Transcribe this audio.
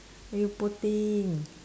!aiyo! poor thing